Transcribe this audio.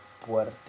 puerta